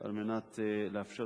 על מנת לאפשר